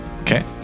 Okay